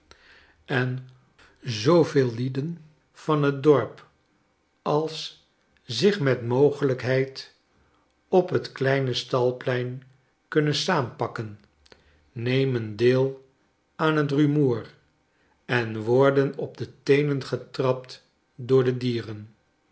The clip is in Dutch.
en zooveel lieden van het dorp als zich met mogelijkheid op het kleine stalplein kunnen saampakken nemen deel aan het rumoer en worden op de teenen getrapt door de dieren